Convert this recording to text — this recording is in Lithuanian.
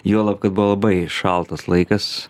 juolab kad buvo labai šaltas laikas